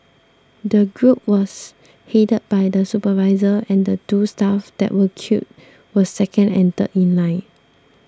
the group was headed by the supervisor and the two staff that were killed were second and third in line